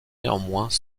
néanmoins